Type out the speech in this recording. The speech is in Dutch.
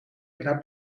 naar